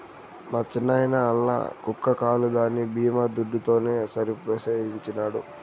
మా చిన్నాయిన ఆల్ల కుక్క కాలు దాని బీమా దుడ్డుతోనే సరిసేయించినాడు